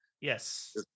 yes